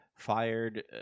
fired